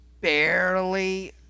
barely